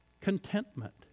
Contentment